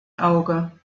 auge